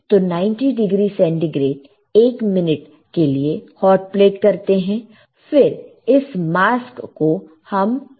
तो 90 degree centigrade 1 minute के लिए हॉट प्लेट करते हैं फिर इस मास्क को हम लोड करते हैं